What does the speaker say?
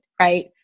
Right